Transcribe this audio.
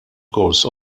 gowls